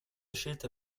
scelta